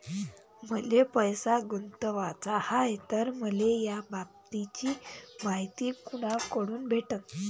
मले पैसा गुंतवाचा हाय तर मले याबाबतीची मायती कुनाकडून भेटन?